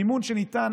מימון שניתן,